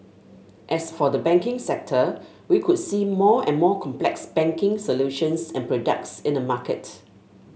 as for the banking sector we could see more and more complex banking solutions and products in the market